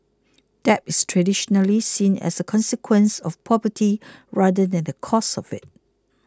debt is traditionally seen as a consequence of poverty rather than a cause of it